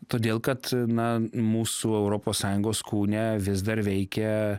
todėl kad na mūsų europos sąjungos kaune vis dar veikia